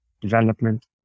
development